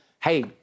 hey